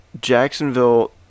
Jacksonville